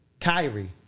Kyrie